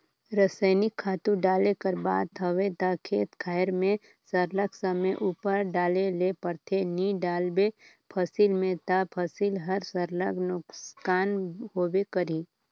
रसइनिक खातू डाले कर बात हवे ता खेत खाएर में सरलग समे उपर डाले ले परथे नी डालबे फसिल में ता फसिल हर सरलग नोसकान होबे करही